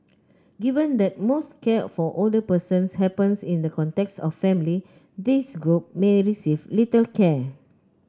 given that most care for older persons happens in the context of family this group may receive little care